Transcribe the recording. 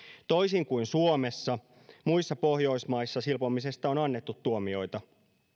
toisin kuin suomessa muissa pohjoismaissa silpomisesta on annettu tuomioita